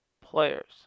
players